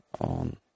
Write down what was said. on